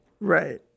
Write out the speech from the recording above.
Right